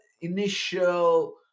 initial